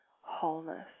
wholeness